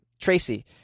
Tracy